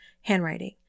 handwriting